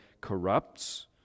corrupts